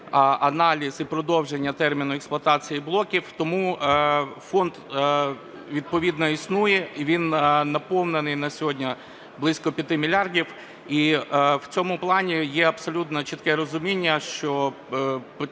аналіз і продовження терміну експлуатації блоків. Тому фонд відповідно існує, і він наповнений на сьогодні близько 5 мільярдів. І в цьому плані є абсолютно чітке розуміння, що